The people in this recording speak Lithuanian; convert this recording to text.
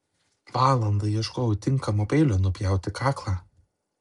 valandą ieškojau tinkamo peilio nupjauti kaklą